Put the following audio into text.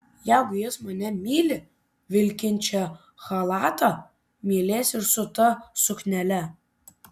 jeigu jis mane myli vilkinčią chalatą mylės ir su ta suknele